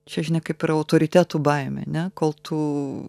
ši žinia kaip ir autoritetų baimė ne kol tu